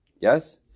Yes